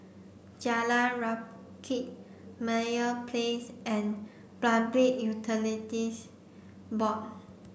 Jalan Rakit Meyer Place and Public Utilities Board